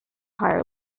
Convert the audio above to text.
higher